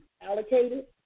allocated